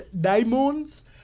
diamonds